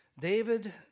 David